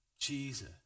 Jesus